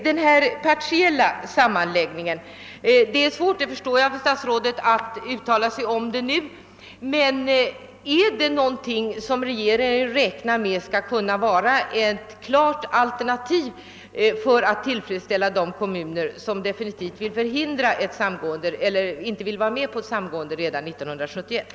Jag förstår att det är svårt för statsrådet att nu uttala sig om den partiella sammanläggningen, men är den någonting som regeringen räknar med skall vara ett klart alternativ för att tillfredsställa de kommuner som definitivt vill förhindra ett samgående redan 1971?